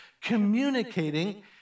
communicating